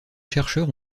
chercheurs